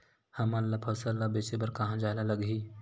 हमन ला फसल ला बेचे बर कहां जाये ला लगही?